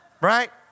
right